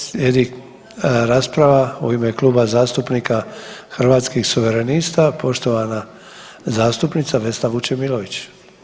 Slijedi rasprava u ime Kluba zastupnika Hrvatskih suverenista, poštovana zastupnica Vesna Vučemilović.